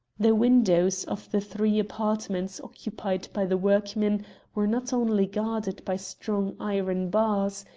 the windows of the three apartments occupied by the workmen were not only guarded by strong iron bars,